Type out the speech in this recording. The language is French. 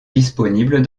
disponible